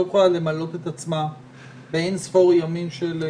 יכולה למלא את עצמה באין ספור ימי הנצחה.